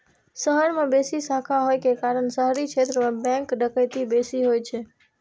शहर मे बेसी शाखा होइ के कारण शहरी क्षेत्र मे बैंक डकैती बेसी होइ छै